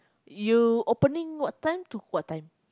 you opening what time to what time